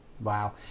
Wow